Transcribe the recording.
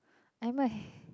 I'm a